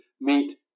meet